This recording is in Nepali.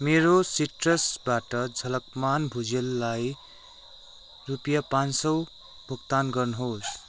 मेरो सिट्रसबाट झलकमान भुजेललाई रुपियाँ पाँच सौ भुक्तान गर्नुहोस्